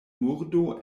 murdo